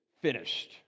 finished